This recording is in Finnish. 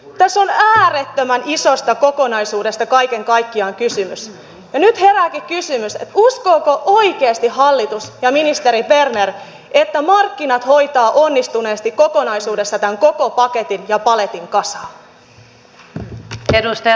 tässä on äärettömän isosta kokonaisuudesta kaiken kaikkiaan kysymys ja nyt herääkin kysymys uskovatko oikeasti hallitus ja ministeri berner että markkinat hoitavat onnistuneesti kokonaisuudessaan tämän koko paketin ja paletin kasaan